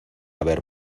haber